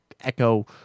Echo